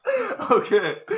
Okay